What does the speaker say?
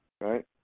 right